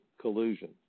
collusion